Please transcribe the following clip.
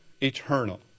eternal